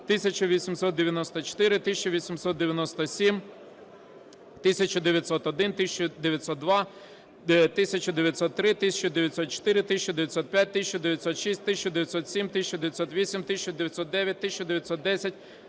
1894, 1897, 1901, 1902, 1903, 1904, 1905, 1906, 1907, 1908, 1909, 1910,